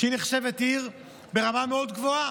שנחשבת עיר ברמה מאוד גבוהה,